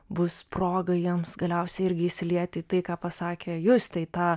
bus proga jiems galiausiai irgi įsilieti į tai ką pasakė justė į tą